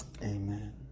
Amen